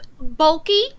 bulky